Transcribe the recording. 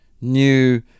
new